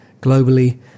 globally